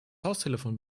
haustelefon